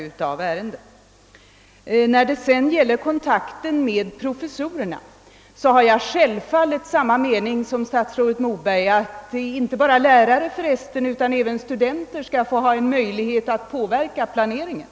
Vad sedan beträffar kontakten med professorerna har jag självfallet samma mening som statsrådet Moberg, att inte bara lärare utan också studenter bör ha möjlighet att påverka planeringen.